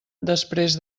després